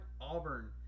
Auburn